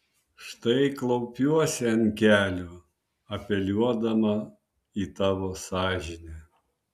štai klaupiuosi ant kelių apeliuodama į tavo sąžinę